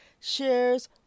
shares